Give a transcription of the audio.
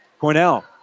Cornell